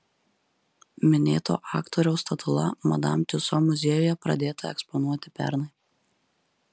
minėto aktoriaus statula madam tiuso muziejuje pradėta eksponuoti pernai